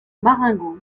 marengo